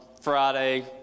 Friday